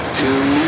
two